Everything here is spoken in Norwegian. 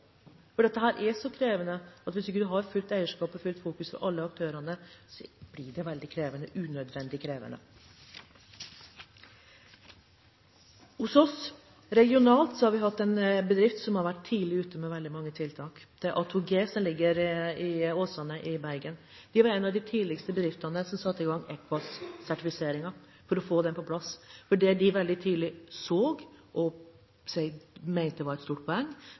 Dette er så krevende at hvis man ikke har fullt eierskap og fullt fokus fra alle aktørene, blir det veldig krevende – unødvendig krevende. Hos oss, regionalt, har vi hatt en bedrift som har vært tidlig ute med veldig mange tiltak. Det er A2G, som ligger i Åsane i Bergen. De var en av de første bedriftene som satte i gang EQUASS-sertifiseringen, for å få den på plass. Det de veldig tydelig så og mente var et stort poeng,